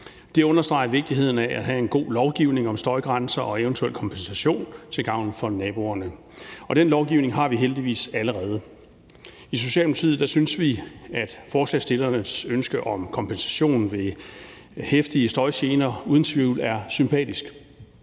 Det understreger vigtigheden af at have en god lovgivning om støjgrænser og eventuel kompensation til gavn for naboerne. Den lovgivning har vi heldigvis allerede. I Socialdemokratiet synes vi, at forslagsstillernes ønske om kompensation ved heftige støjgener uden tvivl er sympatisk.